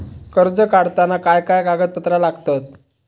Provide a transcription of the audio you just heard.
कर्ज काढताना काय काय कागदपत्रा लागतत?